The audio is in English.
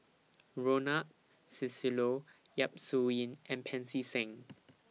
Ronald Susilo Yap Su Yin and Pancy Seng